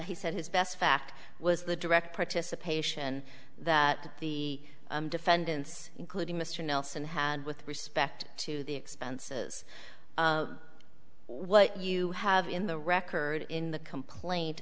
he said his best fact was the direct participation that the defendants including mr nelson had with respect to the expenses what you have in the record in the complaint